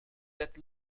that